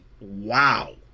wow